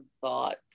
thoughts